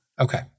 Okay